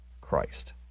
Christ